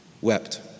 wept